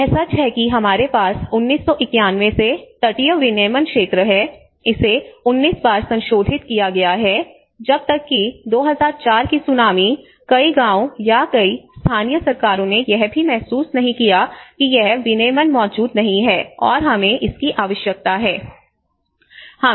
यह सच है कि हमारे पास 1991 से तटीय विनियमन क्षेत्र है इसे 19 बार संशोधित किया गया है जब तक कि 2004 की सूनामी कई गांवों या कई स्थानीय सरकारों ने यह भी महसूस नहीं किया कि यह विनियमन मौजूद नहीं है और हमें इसकी आवश्यकता है